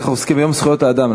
אנחנו עוסקים ביום זכויות האדם,